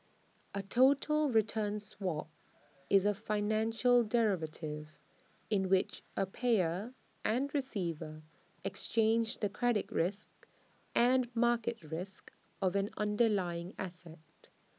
A total return swap is A financial derivative in which A payer and receiver exchange the credit risk and market risk of an underlying asset